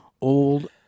Old